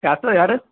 யார் சார் யார்